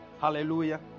Hallelujah